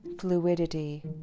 fluidity